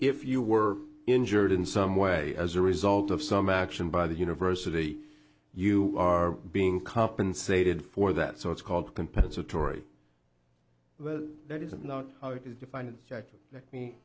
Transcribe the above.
if you were injured in some way as a result of some action by the university you are being compensated for that so it's called compensatory well that is not how it is defined exactly like me